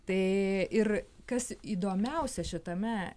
tai ir kas įdomiausia šitame